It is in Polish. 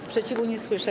Sprzeciwu nie słyszę.